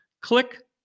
Click